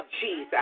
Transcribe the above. Jesus